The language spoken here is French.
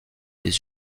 les